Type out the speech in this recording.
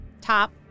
top